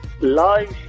Live